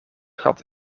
gat